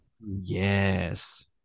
Yes